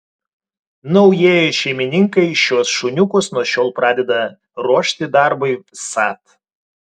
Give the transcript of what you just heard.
naujieji šeimininkai šiuos šuniukus nuo šiol pradeda ruošti darbui vsat